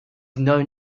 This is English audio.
known